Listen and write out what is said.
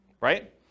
Right